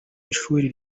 ishuri